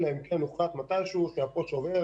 אלא אם כן הוחלט מתישהו שהפו"ש עובר